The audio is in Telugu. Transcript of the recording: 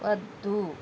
వద్దు